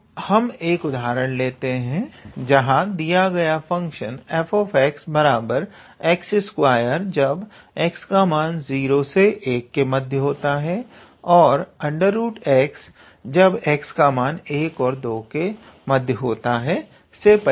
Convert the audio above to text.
तो हम एक उदाहरण लेते हैं जहां दिया गया function fxx2 for 0 ≤ x ≤ 1 x for 1 ≤ x ≤ 2 से परिभाषित है